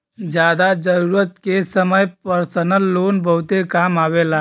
जादा जरूरत के समय परसनल लोन बहुते काम आवेला